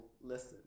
listen